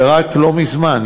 רק לא מזמן,